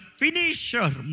finisher